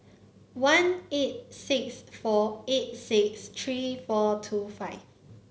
one eight six four eight six three four two five